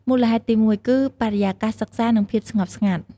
មូលហេតុទីមួយ គឺ បរិយាកាសសិក្សា និងភាពស្ងប់ស្ងាត់ ។